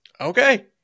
Okay